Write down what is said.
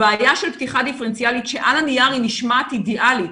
הבעיה של פתיחה דיפרנציאלית שעל הנייר היא נשמעת אידיאלית,